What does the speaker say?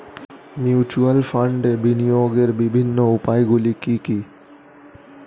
Mutual ফান্ডে বিনিয়োগের বিভিন্ন উপায়গুলি কি কি?